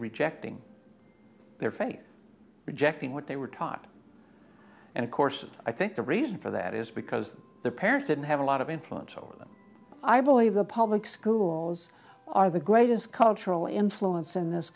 rejecting their faith rejecting what they were taught and of course i think the reason for that is because their parents didn't have a lot of influence over them i believe the public schools are the greatest cultural influence in this